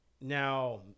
Now